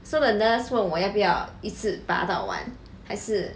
so the nurse 问我要不要一次拔到完还是